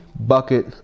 bucket